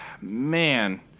man